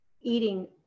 eating